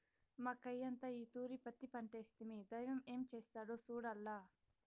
మాకయ్యంతా ఈ తూరి పత్తి పంటేస్తిమి, దైవం ఏం చేస్తాడో సూడాల్ల